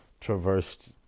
traversed